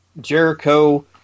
Jericho